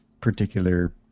particular